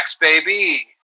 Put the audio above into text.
baby